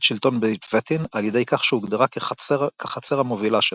שלטון בית וטין על ידי כך שהוגדרה כחצר המובילה שלהן,